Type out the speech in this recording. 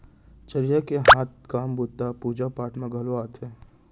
चरिहा के हाथ काम बूता ह पूजा पाठ म घलौ आथे